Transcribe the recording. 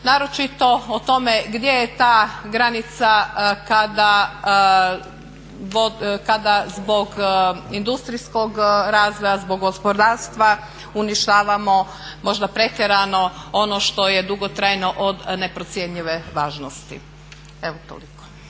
naročito o tome gdje je ta granica kada zbog industrijskog razvoja, zbog gospodarstva uništavamo možda pretjerano ono što je dugotrajno od neprocjenjive važnosti. Evo toliko.